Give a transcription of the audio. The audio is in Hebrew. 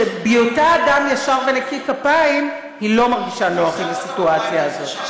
שבהיותה אדם ישר ונקי כפיים היא לא מרגישה נוח עם הסיטואציה הזאת.